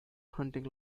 hunting